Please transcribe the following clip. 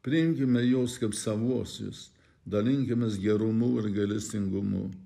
priimkime juos kaip savuosius dalinkimės gerumu ir gailestingumu